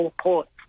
ports